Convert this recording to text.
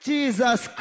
Jesus